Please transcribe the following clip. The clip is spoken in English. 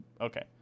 Okay